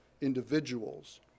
individuals